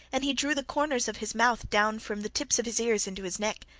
and he drew the corners of his mouth down from the tips of his ears into his neck.